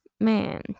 man